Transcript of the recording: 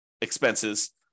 expenses